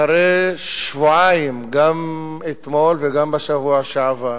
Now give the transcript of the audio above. אחרי שבועיים, גם אתמול וגם בשבוע שעבר,